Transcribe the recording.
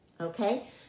okay